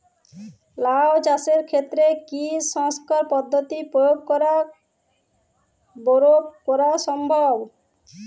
লাও চাষের ক্ষেত্রে কি সংকর পদ্ধতি প্রয়োগ করে বরো করা সম্ভব?